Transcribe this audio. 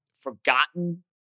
forgotten